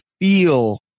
feel